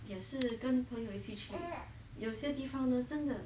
也是跟朋友一起去有些地方呢真的